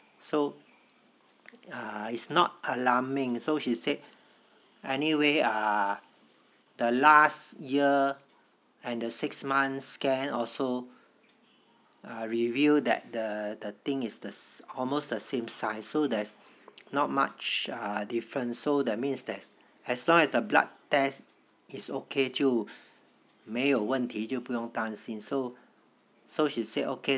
so it's not alarming so she said anyway ah the last year and the six months scan also revealed that the the thing is the almost the same size so there's not much difference so that means that as long as the blood test is okay 就没有问题就不用担心 so so she said okay